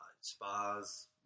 spas